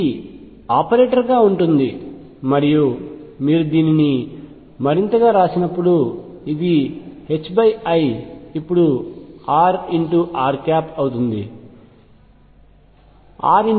ఇది ఆపరేటర్గా ఉంటుంది మరియు మీరు దీనిని మరింతగా వ్రాసినప్పుడు అది i ఇప్పుడు rr 0